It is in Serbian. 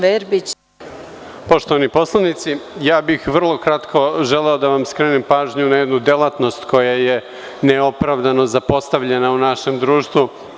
Poštovani poslanici, vrlo kratko bih želeo da vam skrenem pažnju na jednu delatnost koja je neopravdano zapostavljena u našem društvu.